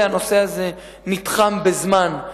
והנושא הזה נתחם בזמן,